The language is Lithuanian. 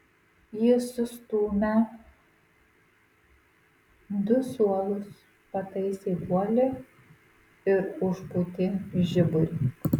ji sustūmę du suolus pataisė guolį ir užpūtė žiburį